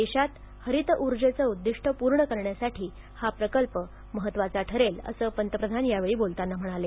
देशात हरित उर्जेचं उद्दिष्ट पूर्ण करण्यासाठी हा प्रकल्प महत्त्वाचा ठरेल असं पंतप्रधान यावेळी बोलताना म्हणाले